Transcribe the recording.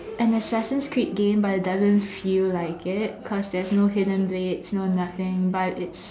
an Assassin's Creed game but it doesn't feel like it cause there's no hidden blades no nothing but it's